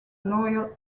loyal